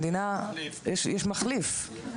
יש מחליף.